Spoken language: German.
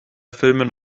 filmen